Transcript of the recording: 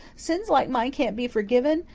sins like mine can't be forgiven.